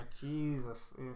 Jesus